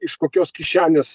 iš kokios kišenės